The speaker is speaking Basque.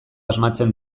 asmatzen